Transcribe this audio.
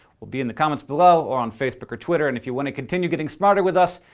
we'll be in the comments below or on facebook or twitter, and if you want to continue getting smarter with us,